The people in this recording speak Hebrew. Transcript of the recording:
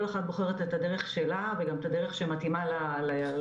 כל אחת בוחרת את הדרך שלה וגם את הדרך שמתאימה לילדים.